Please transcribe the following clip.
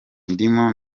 ndimo